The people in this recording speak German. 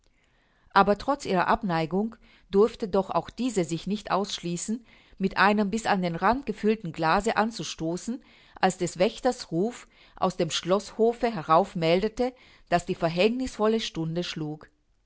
aber trotz ihrer abneigung durfte doch auch diese sich nicht ausschließen mit einem bis an den rand gefüllten glase anzustoßen als des wächters ruf aus dem schloßhofe herauf meldete daß die verhängnißvolle stunde schlug